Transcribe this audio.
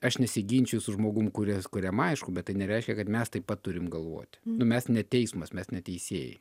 aš nesiginčiju su žmogum kuris kuriam aišku bet tai nereiškia kad mes taip pat turim galvoti mes ne teismas mes ne teisėjai